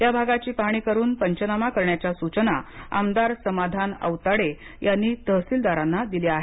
या भागाची पाहणी करून पंचनामा करण्याच्या सूचना आमदार समाधान आवताडे यांनी तहसीलदारांना दिल्या आहेत